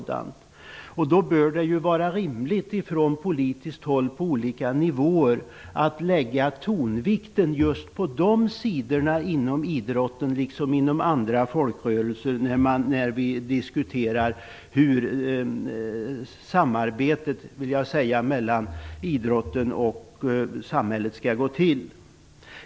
Därför bör det vara rimligt att från politiskt håll på olika nivåer lägga tonvikten på just dessa sidor inom idrotten liksom inom andra folkrörelser när man diskuterar hur samarbetet mellan idrotten och samhället skall gå till.